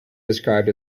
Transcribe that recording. described